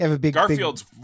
Garfield's